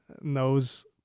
knows